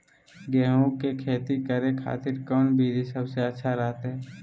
गेहूं के खेती करे खातिर कौन विधि सबसे अच्छा रहतय?